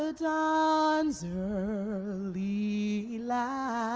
ah dawn's early light,